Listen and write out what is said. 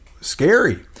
scary